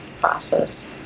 process